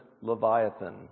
Leviathan